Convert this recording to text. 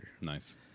Nice